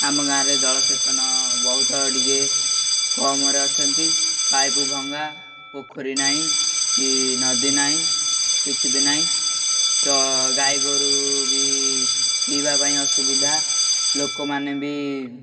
ଆମ ଗାଁରେ ଜଳସେଚନ ବହୁତ ଟିକେ କମରେ ଅଛନ୍ତି ପାଇପ୍ ଭଙ୍ଗା ପୋଖରୀ ନାହିଁ କି ନଦୀ ନାହିଁ କିଛି ବି ନାହିଁ ତ ଗାଈ ଗୋରୁ ବି ପିଇବା ପାଇଁ ଅସୁବିଧା ଲୋକମାନେ ବି